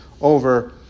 over